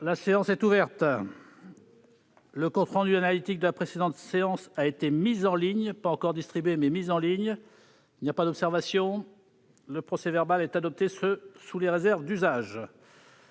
La séance est ouverte. Le compte rendu analytique de la précédente séance a été mis en ligne sur le site internet du Sénat. Il n'y a pas d'observation ?... Le procès-verbal est adopté sous les réserves d'usage.